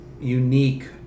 unique